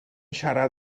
siarad